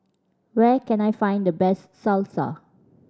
where can I find the best Salsa